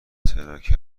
چراکه